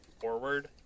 forward